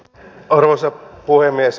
arvoisa puhemies